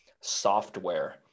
software